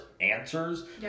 answers